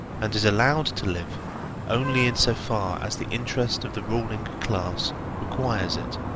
and is allowed to live only in so far as the interest of the ruling class requires it.